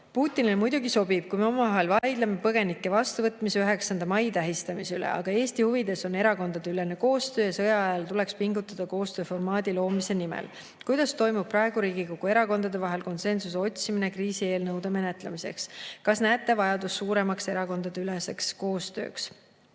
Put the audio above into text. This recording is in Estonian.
"Putinile muidugi sobib, kui me omavahel vaidleme põgenike vastuvõtmise ja 9. mai tähistamise üle. Aga Eesti huvides on erakondadeülene koostöö ja sõja ajal tuleks pingutada koostööformaadi loomise nimel. Kuidas toimub praegu riigikogu erakondade vahel konsensuse otsimine kriisieelnõude menetlemiseks? Kas näete vajadust suuremaks erakondadeüleseks koostööks?"